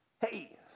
Hey